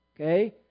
Okay